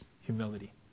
humility